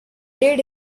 did